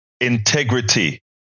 integrity